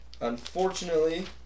Unfortunately